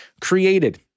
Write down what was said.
Created